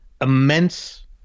immense